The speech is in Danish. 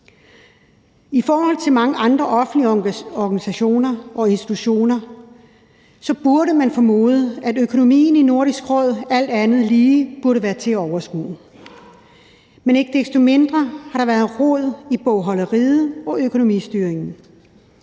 I forhold til mange andre offentlige organisationer og institutioner skulle man formode at økonomien i Nordisk Råd alt andet lige burde være til at overskue. Men ikke desto mindre har der været rod i bogholderiet og økonomistyringen.